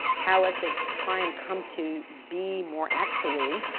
how as they try and come to be more actually,